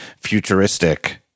futuristic